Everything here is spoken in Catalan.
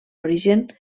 origen